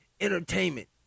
entertainment